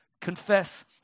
confess